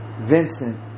Vincent